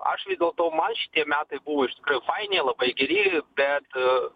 aš vis dėlto man šitie metai buvo iš tikrųjų faini labai geri bet